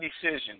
decision